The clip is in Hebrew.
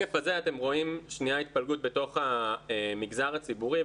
בשקף הזה אתם רואים את התפלגות בתוך המגזר הציבורי.